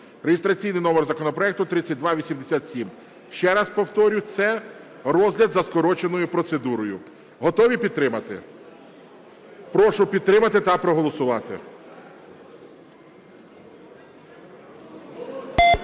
(реєстраційний номер законопроекту 3287). Ще раз повторюю, це розгляд за скороченою процедурою. Готові підтримати? Прошу підтримати та проголосувати.